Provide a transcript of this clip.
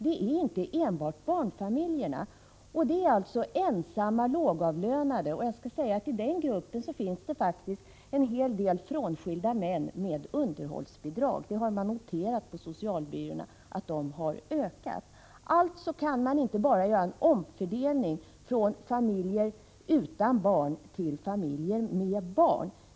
Det är inte enbart barnfamiljer som behöver socialhjälp utan också ensamma lågavlönade, och bland dem finns en hel del frånskilda män med underhållsbidrag. Man har noterat på socialbyråerna att den gruppen har ökat. Alltså kan man inte bara göra en omfördelning mellan familjer utan barn och familjer med barn.